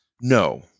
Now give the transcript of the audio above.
No